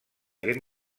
gent